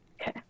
Okay